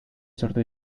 sortu